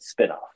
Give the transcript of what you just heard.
spinoff